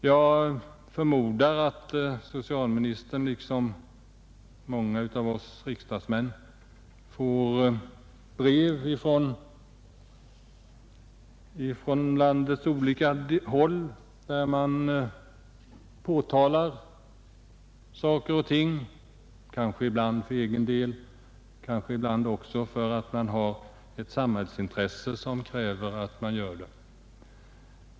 Jag förmodar att socialministern liksom många av oss riksdagsmän får brev från olika håll i landet, där man påtalar olika saker, ibland för egen del, ibland på grund av att samhällsintresset kräver det.